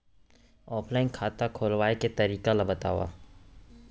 Offline खाता खोलवाय के तरीका ल बतावव?